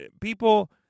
People